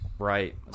Right